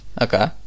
Okay